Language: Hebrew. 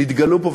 נתגלו פה,